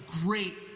great